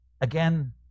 Again